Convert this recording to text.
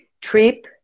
trip